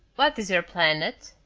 what isss your planet?